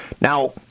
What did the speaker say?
Now